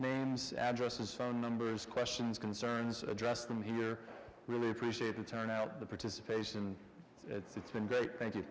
names addresses phone numbers questions concerns address them here really appreciate the turnout the participation it's been great thank you